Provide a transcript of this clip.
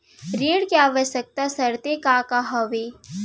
ऋण के आवश्यक शर्तें का का हवे?